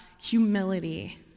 humility